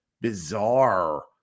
bizarre